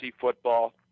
football